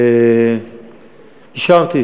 אישרתי